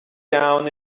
down